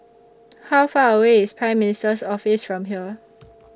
How Far away IS Prime Minister's Office from here